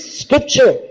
scripture